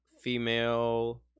female